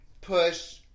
push